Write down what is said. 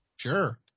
Sure